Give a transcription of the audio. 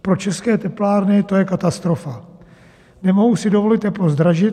Pro české teplárny to je katastrofa, nemohou si dovolit teplo zdražit.